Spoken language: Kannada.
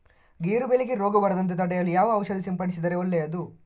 ಗೇರು ಬೆಳೆಗೆ ರೋಗ ಬರದಂತೆ ತಡೆಯಲು ಯಾವ ಔಷಧಿ ಸಿಂಪಡಿಸಿದರೆ ಒಳ್ಳೆಯದು?